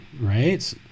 right